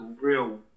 real